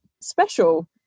special